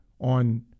on